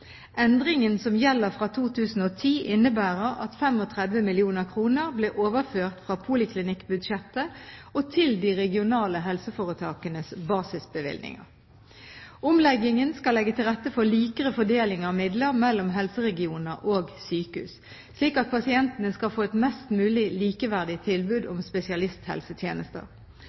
Endringen som gjelder fra 2010, innebærer at 35 mill. kr ble overført fra poliklinikkbudsjettet til de regionale helseforetakenes basisbevilgninger. Omleggingen skal legge til rette for likere fordeling av midler mellom helseregioner og sykehus, slik at pasientene skal få et mest mulig likeverdig tilbud om spesialisthelsetjenester.